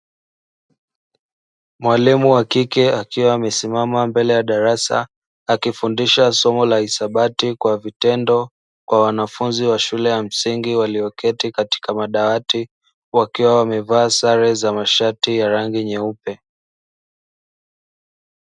Mwalimu wa kike akiwa amesimama mbele ya darasa, akifundisha somo la hisabati kwa vitendo, kwa wanafunzi wa shule ya msingi walioketi katika madawati. Wakiwa wamevaa sare za mashati ya rangi nyeupe.